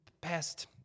past